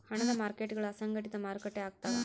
ಹಣದ ಮಾರ್ಕೇಟ್ಗುಳು ಅಸಂಘಟಿತ ಮಾರುಕಟ್ಟೆ ಆಗ್ತವ